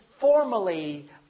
formally